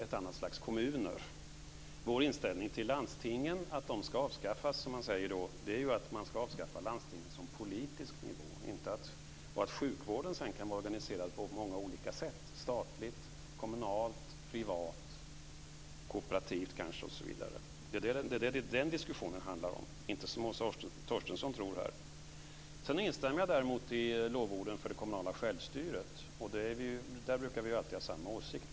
Man säger att vi vill avskaffa landstingen. Vår inställning är att man ska avskaffa landstingen som politisk nivå. Sjukvården kan vara organiserad på många olika sätt - statligt, kommunalt, privat, kooperativt osv. Det är det diskussionen handlar om - inte det som Åsa Torstensson här tror. Sedan instämmer jag däremot i lovorden för det kommunala självstyret. Där brukar vi ju alltid ha samma åsikt.